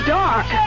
dark